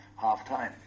Half-time